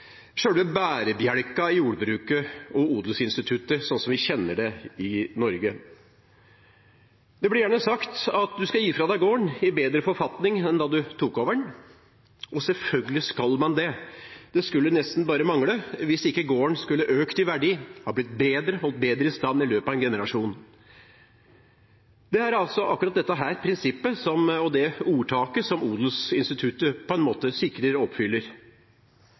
bærebjelken i jordbruket og odelsinstituttet, slik vi kjenner det i Norge. Det blir gjerne sagt at du skal gi fra deg gården i bedre forfatning enn da du overtok den. Selvfølgelig skal man det. Det skulle nesten bare mangle at ikke gården skulle økt i verdi, ha blitt bedre, holdt bedre i stand i løpet av en generasjon. Det er akkurat dette prinsippet og det ordtaket som odelsinstituttet sikrer og oppfyller.